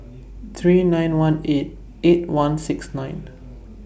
three nine one eight eight one six nine